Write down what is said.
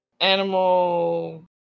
animal